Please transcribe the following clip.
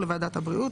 הבריאות.